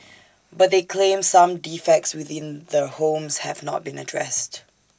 but they claimed some defects within the homes have not been addressed